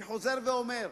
אני חוזר ואומר,